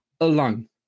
alone